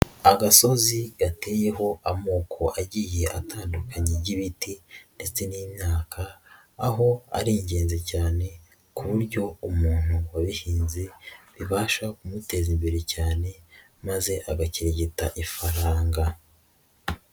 Agasozi gateyeho amoko agiye atandukanye y'ibiti ndetse n'imyaka, aho ari ingenzi cyane ku buryo umuntu wabihinze, bibasha kumuteza imbere cyane maze agakirigita ifaranga.